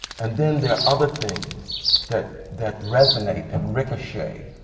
and then, there are other things that that resonate and ricochet,